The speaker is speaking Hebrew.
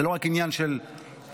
זה לא רק עניין של טכנולוגיה,